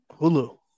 Hulu